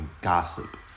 gossip